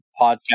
podcast